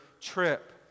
trip